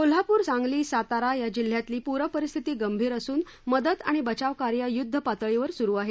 कोल्हापूर सातारा आणि सांगली या जिल्ह्यातली पूर परिस्थिती गंभीर असून मदत आणि बचाव कार्य युद्ध पातळीवर सुरू आहे